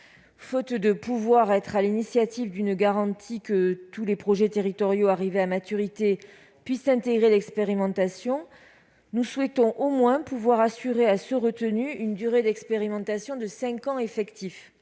Faute de pouvoir faire figurer dans le texte une garantie que tous les projets territoriaux arrivés à maturité puissent intégrer l'expérimentation, nous souhaitons au moins pouvoir assurer à ceux qui auront été retenus une durée d'expérimentation de cinq ans effectifs.